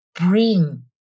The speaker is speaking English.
bring